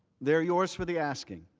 they are yours for the asking.